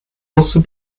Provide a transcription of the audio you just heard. also